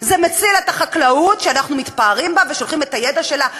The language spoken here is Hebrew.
זה מציל את החקלאות שאנחנו מתפארים בה ושולחים את הידע שלה לעולם,